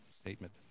statement